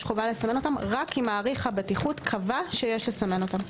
חובה לסמן אותם רק אם מעריך הבטיחות קבע שיש לסמנם.